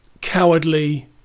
cowardly